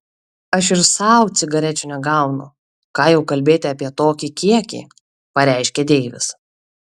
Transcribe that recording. aš ir sau cigarečių negaunu ką jau kalbėti apie tokį kiekį pareiškė deivis